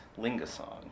Lingasong